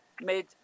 made